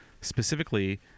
specifically